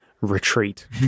retreat